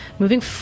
Moving